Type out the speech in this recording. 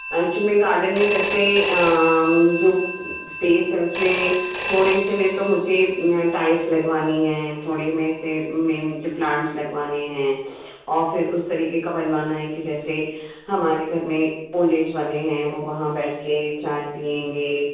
actually garden में जैसे जो स्पेस है उस में थोड़े से में तो मुझे टाइल्स लगवानी है थोड़े में से मैं मुझे प्लांट्स लगवाने हैं और फिर उस तरीक़े का बनवाना है कि जैसे हमारे घर में ओल्ड एज वाले हैं वो वहाँ बैठ के चाय पिएंगे